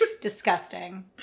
Disgusting